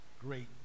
Great